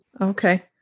okay